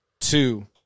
two